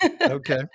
Okay